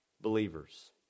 believers